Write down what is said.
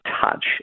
touch